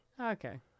Okay